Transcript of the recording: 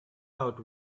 out